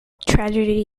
tragedy